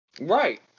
Right